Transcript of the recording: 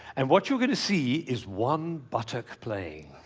and what you're going to see is one-buttock playing.